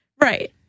Right